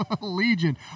Legion